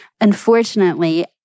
Unfortunately